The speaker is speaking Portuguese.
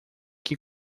que